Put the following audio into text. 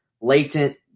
latent –